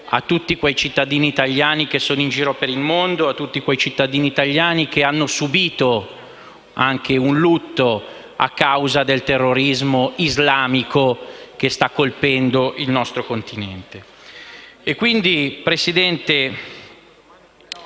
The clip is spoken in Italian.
a tutti quei cittadini italiani in giro per il mondo, a quei cittadini italiani che hanno subito anche un lutto a causa del terrorismo islamico che sta colpendo il nostro Continente. Signora Presidente,